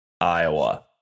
Iowa